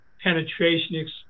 penetration